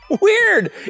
Weird